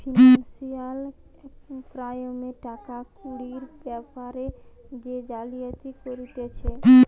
financial ক্রাইমে টাকা কুড়ির বেপারে যে জালিয়াতি করতিছে